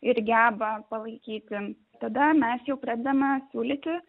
ir geba palaikyti tada mes jau pradedame siūlyti